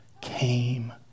came